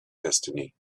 destiny